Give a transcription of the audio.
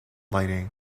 lighting